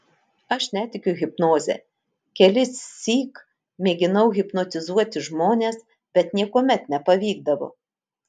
aš netikiu hipnoze kelissyk mėginau hipnotizuoti žmones bet niekuomet nepavykdavo